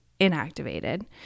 inactivated